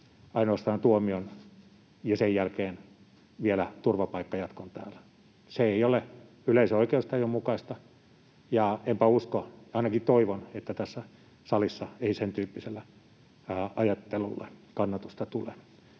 ainoastaan tuomion ja sen jälkeen vielä turvapaikkajatkon täällä. Se ei ole yleisen oikeustajun mukaista, ja ainakin toivon, että tässä salissa ei sen tyyppiselle ajattelulle kannatusta tule,